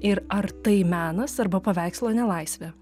ir ar tai menas arba paveikslo nelaisvė